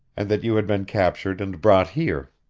and that you had been captured and brought here.